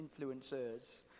influencers